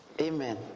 Amen